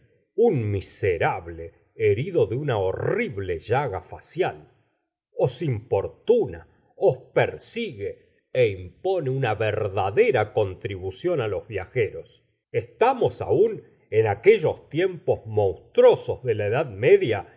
un miserable herido de una horrible llaga facial os importuna os persigue é impone una verdadera contribución á los viajeros estamos aún en aquellos tiempos monstruos de la edad media